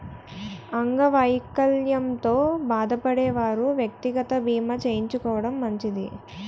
అంగవైకల్యంతో బాధపడే వారు వ్యక్తిగత బీమా చేయించుకోవడం మంచిది